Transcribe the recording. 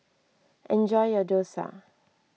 enjoy your Dosa